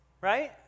right